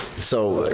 so.